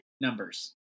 numbers